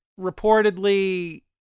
reportedly